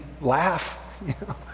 laugh